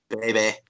baby